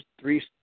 three